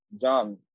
John